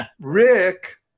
Rick